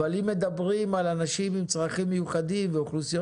אבל אם מדברים על אנשים עם צרכים מיוחדים ואוכלוסיות